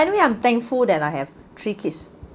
and I'm thankful that I have three kids